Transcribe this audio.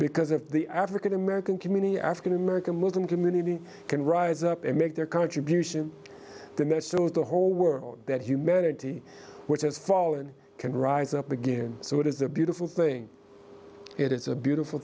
because of the african american community african american muslim community can rise up and make their contribution to met so the whole world that humanity which has fallen can rise up again so it is a beautiful thing it is a beautiful